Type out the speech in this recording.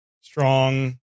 strong